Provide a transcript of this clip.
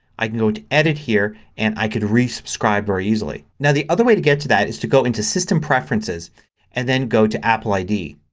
i can go into edit here and i can resubscribe very easily. now the other way to get to that is to go into system preferences and then go to apple id.